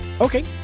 Okay